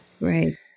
Right